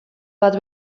bat